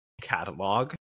catalog